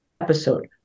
episode